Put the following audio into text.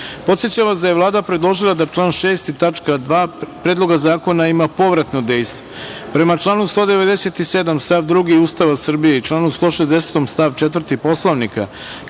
načelu. Podsećam vas da je Vlada predložila da član 6. tačka 2. Predloga zakona ima povratno dejstvo. Prema članu 197. stav 2. Ustava Republike Srbije i članu 160. stav 4. Poslovnika,